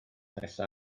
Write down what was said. nesa